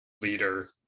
leader